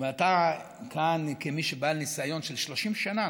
ואתה כאן כמי שהוא בעל ניסיון של 30 שנה,